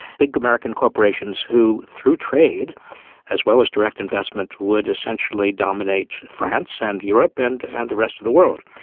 big american corporations who through trade as well as direct investment would essentially dominate france and europe and and the rest of the world.